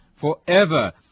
forever